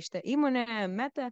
šita įmonė meta